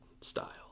style